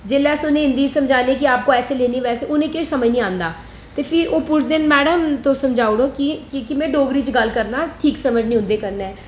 जेल्लै अस उ'नें गी समझाने आपको ऐसे लेनी बैसे लेनी उ'नेंगी कक्ख लमझ नेईं औंदा ते फ्ही ओह् पुछदे न मैडम तुस समझाई ओड़ो कि के में डोगरी च गल्ल करना ठीक समझनी उं'दे कन्नै